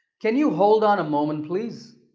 can you hold on a moment, please?